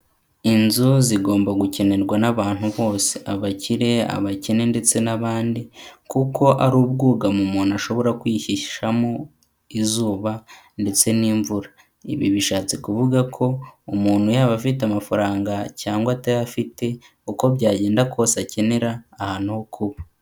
Inzu zigomba gukenerwa n'abantu bose: abakire, abakene ndetse n'abandi, kuko ari ubwugamo umuntu ashobora kwihishamo izuba ndetse n'imvura. Ibi bishatse kuvuga ko umuntu yaba afite amafaranga cyangwa atayafite uko byagenda kose akenera ahantu ho kuba.